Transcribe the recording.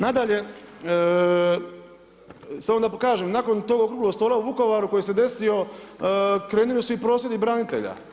Nadalje, samo da pokažem nakon tog okruglog stola u Vukovaru koji se desio krenuli su i prosvjedi branitelja.